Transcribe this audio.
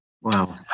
wow